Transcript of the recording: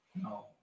No